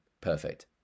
perfect